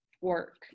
work